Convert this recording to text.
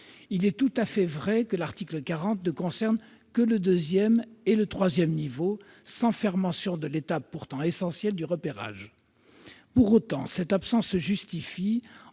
Il est tout à fait vrai que l'article 40 ne concerne que le deuxième et le troisième niveau sans faire mention de l'étape, pourtant essentielle, du repérage. Pour autant, cette absence se justifie